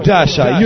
Dasha